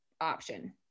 option